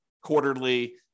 quarterly